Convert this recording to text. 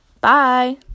Bye